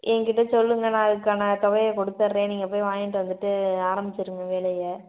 எங்கிட்ட சொல்லுங்கள் நான் அதுக்கான தொகையை கொடுத்தர்றேன் நீங்கள் போயி வாங்கிட்டு வந்துகிட்டு ஆரம்பிச்சிடுங்கள் வேலையை